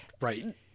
Right